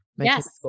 Yes